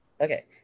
Okay